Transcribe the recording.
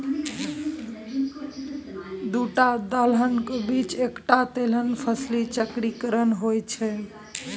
दूटा दलहनक बीच एकटा तेलहन फसली चक्रीकरण होए छै